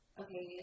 okay